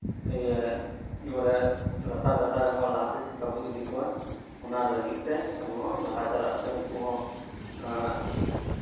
ᱮᱸᱜ ᱵᱚᱞᱮ ᱞᱟᱛᱟᱨ ᱜᱟᱛᱟᱠ ᱨᱮᱱ ᱦᱚᱲ ᱞᱟᱦᱟ ᱥᱮᱡ ᱪᱮᱠᱟ ᱵᱚ ᱤᱫᱤ ᱠᱚᱣᱟ ᱚᱱᱟ ᱞᱟᱹᱜᱤᱫ ᱛᱚ ᱟᱵᱚ ᱦᱚᱸ ᱞᱟᱦᱟ ᱪᱟᱞᱟᱜ ᱥᱮ ᱩᱱᱠᱩ ᱦᱚᱸ ᱮᱸᱜ